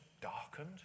darkened